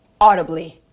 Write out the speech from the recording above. audibly